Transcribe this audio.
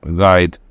guide